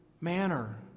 manner